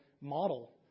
model